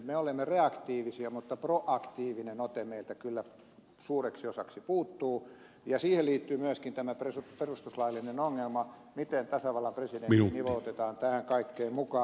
me olemme reaktiivisia mutta proaktiivinen ote meiltä kyllä suureksi osaksi puuttuu ja siihen liittyy myöskin tämä perustuslaillinen ongelma miten tasavallan presidentti nivoutetaan tähän kaikkeen mukaan